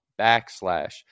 backslash